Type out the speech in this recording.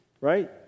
right